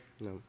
No